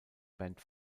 band